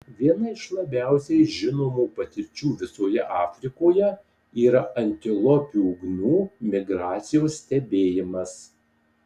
viena iš labiausiai žinomų patirčių visoje afrikoje yra antilopių gnu migracijos stebėjimas